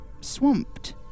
swamped